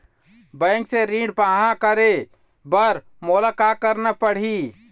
Bank से ऋण पाहां करे बर मोला का करना पड़ही?